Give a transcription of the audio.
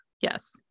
Yes